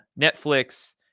Netflix